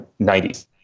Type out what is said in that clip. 90s